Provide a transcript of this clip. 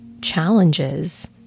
challenges